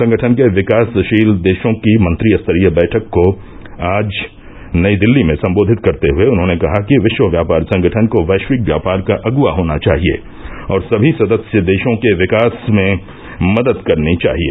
संगठन के विकासशील देशों की मंत्रिस्तरीय बैठक को आज नई दिल्ली में संबोधित करते हुए उन्होंने कहा कि विश्व व्यापार संगठन को वैश्विक व्यापार का अगुवा होना चाहिए और सभी सदस्य देशों के विकास में मदद करनी चाहिए